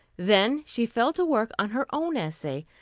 then she fell to work on her own essay,